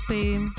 Boom